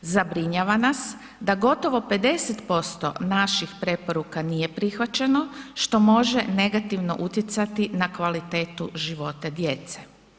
Zabrinjava nas da gotovo 50% naših preporuka nije prihvaćeno, što može negativno utjecati na kvalitetu života djece.